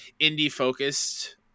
indie-focused